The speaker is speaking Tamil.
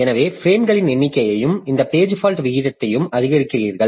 எனவே பிரேம்களின் எண்ணிக்கையையும் இந்த பேஜ் ஃபால்ட் வீதத்தையும் அதிகரிக்கிறீர்கள்